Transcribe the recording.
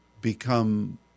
become